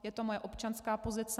Je to moje občanská pozice.